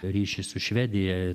ryšį su švedija